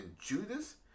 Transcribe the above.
Judas